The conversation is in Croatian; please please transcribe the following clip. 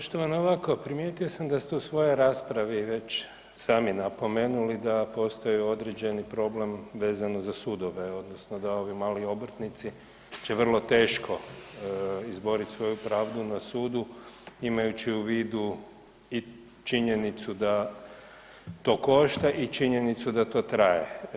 Poštovana, ovako, primijetio sam da ste u svojoj raspravi već sami napomenuli da postoji određeni problem vezano za sudove odnosno da ovi mali obrtnici će vrlo teško izborit svoju pravdu na sudu imajući u vidu i činjenicu da to košta i činjenicu da to traje.